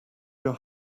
your